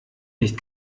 nicht